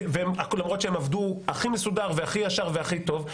למרות שהם עבדו הכי מסודר והכי ישר והכי טוב,